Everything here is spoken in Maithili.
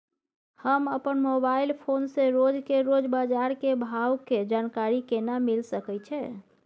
हम अपन मोबाइल फोन से रोज के रोज बाजार के भाव के जानकारी केना मिल सके छै?